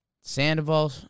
Sandoval